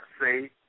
say